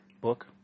Book